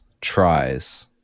tries